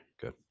good